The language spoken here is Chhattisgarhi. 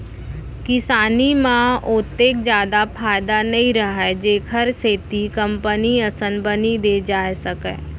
किसानी म ओतेक जादा फायदा नइ रहय जेखर सेती कंपनी असन बनी दे जाए सकय